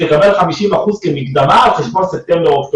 תקבל 50 אחוזים כמקדמה על חשבון ספטמבר-אוקטובר.